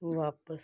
ਵਾਪਸ